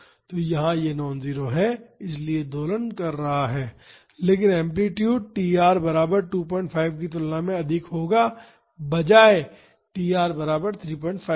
तो यहाँ यह नॉन जीरो है इसलिए यह दोलन कर रहा है लेकिन एम्पलीटूड tr बराबर 25 की तुलना में अधिक होगा बजाय t r बराबर 35 के